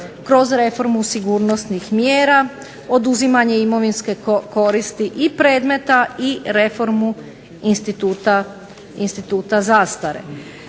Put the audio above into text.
kroz reformu sigurnosnih mjera, oduzimanje imovinske koristi i predmeta i reformu instituta zastare.